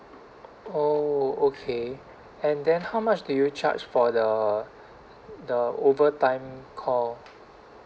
oh okay and then how much do you charge for the the overtime call